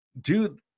dude